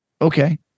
Okay